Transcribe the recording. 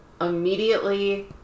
immediately